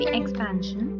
expansion